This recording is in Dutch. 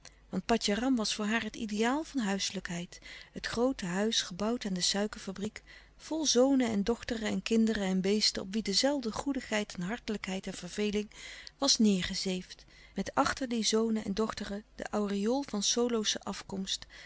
want patjaram was voor haar het ideaal van huiselijkheid het groote huis gebouwd aan de suikerfabriek vol zonen en dochteren en kinderen en beesten op wie de zelfde goedigheid en hartelijkheid en verveling was neêrgezeefd met achter die zonen en dochteren de aureool van solosche afkomst